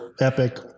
epic